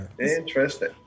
interesting